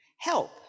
help